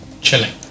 chilling